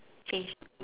change